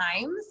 times